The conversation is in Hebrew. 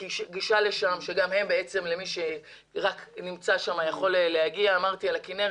גישה ורק מי שנמצא שם יכול להגיע לשם.